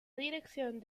dirección